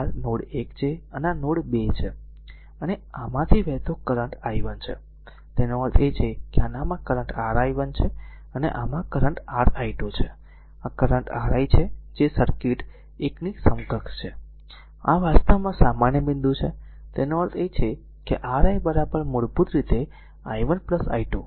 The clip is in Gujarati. આ r નોડ 1 છે અને આ r નોડ 2 છે અને આમાંથી વહેતો કરંટ i1 છે તેનો અર્થ એ છે કે આના માં કરંટ r i1 છે અને આ માં કરંટ r i2 છે અને આ કરંટ r i છે જે આ સર્કિટ આ એકની સમકક્ષ છે આ વાસ્તવમાં સામાન્ય બિંદુ છે તેનો અર્થ છે r i મૂળભૂત રીતે i1 i2